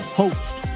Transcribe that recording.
host